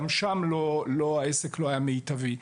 גם שם העסק לא היה מיטבי.